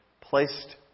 placed